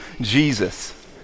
Jesus